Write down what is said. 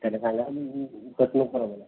त्याला सांगा मी